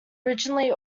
originally